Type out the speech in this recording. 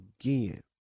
again